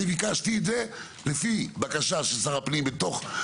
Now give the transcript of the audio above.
אני ביקשתי את זה לפי בקשה של שר הפנים בתוך,